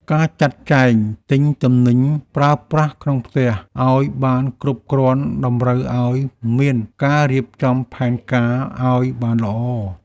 ការចាត់ចែងទិញទំនិញប្រើប្រាស់ក្នុងផ្ទះឱ្យបានគ្រប់គ្រាន់តម្រូវឱ្យមានការរៀបចំផែនការឱ្យបានល្អ។